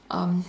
um